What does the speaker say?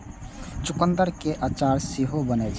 चुकंदर केर अचार सेहो बनै छै